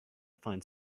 find